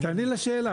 תעני לשאלה,